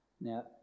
Now